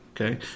okay